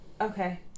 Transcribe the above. Okay